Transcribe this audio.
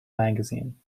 magazine